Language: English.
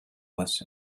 was